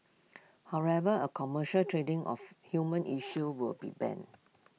however A commercial trading of human issue will be banned